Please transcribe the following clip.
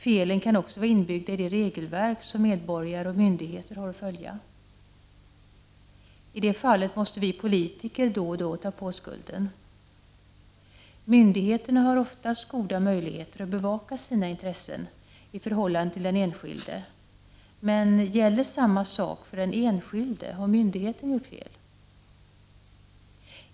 Felen kan också vara inbyggda i de regelverk som medborgare och myndigheter har att följa. I de fallen måste vi politiker då och då ta på oss skulden. Myndigheterna har oftast goda möjligheter att bevaka sina intressen i förhållande till den enskilde. Men gäller samma sak för den enskilde, om myndigheten gjort fel?